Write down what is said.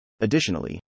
Additionally